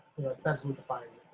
extensively defined.